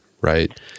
Right